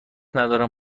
ندارم